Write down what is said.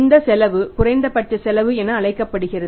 இந்த செலவு குறைந்தபட்ச செலவு என அழைக்கப்படுகிறது